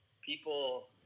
people